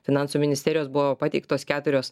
finansų ministerijos buvo pateiktos keturios